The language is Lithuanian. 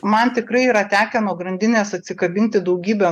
man tikrai yra tekę nuo grandinės atsikabinti daugybę